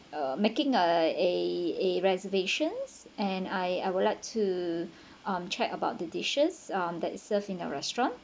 uh making a a a reservations and I I would like to mm check about the dishes um that is served in your restaurant